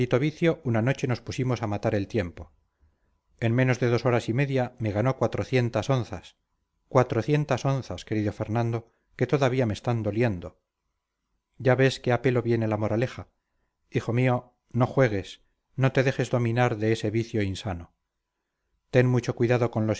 una noche nos pusimos a matar el tiempo en menos de dos horas y media me ganó cuatrocientas onzas cuatrocientas onzas querido fernando que todavía me están doliendo ya ves qué a pelo viene la moraleja hijo mío no juegues no te dejes dominar de ese vicio insano ten mucho cuidado con los